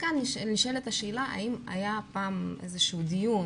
נשאלת השאלה האם היה פעם איזה שהוא דיון